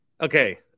okay